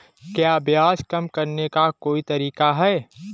क्या ब्याज कम करने का कोई तरीका है?